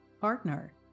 partner